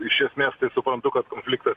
iš esmės tai suprantu kad konfliktas